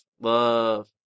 love